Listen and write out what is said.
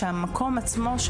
שהמקום עצמו,